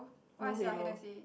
no header